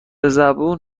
زبون